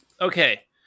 Okay